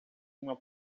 uma